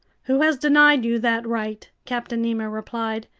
who has denied you that right? captain nemo replied.